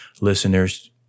listeners